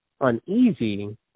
uneasy